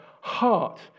heart